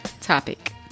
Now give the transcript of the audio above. topic